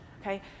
okay